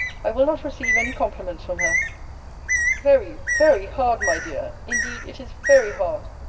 i will not receive any compliments from her very, very hard, my dear! indeed it is very hard.